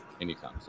anytime